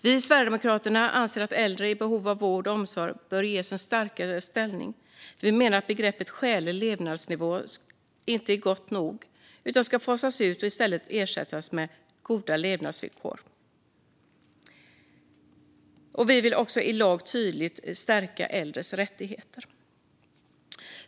Vi i Sverigedemokraterna anser att äldre i behov av vård och omsorg bör ges en starkare ställning. Vi menar att begreppet "skälig levnadsnivå" inte är gott nog utan ska fasas ut och ersättas med "goda levnadsvillkor". Vi vill också i lag tydligt stärka äldres rättigheter.